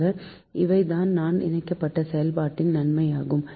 ஆக இவைதான் இந்த இணைக்கப்பட்ட செயல்பாட்டின் நன்மை யாகும்